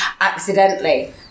Accidentally